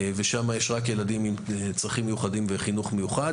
ושם יש רק ילדים עם צרכים מיוחדים וחינוך מיוחד.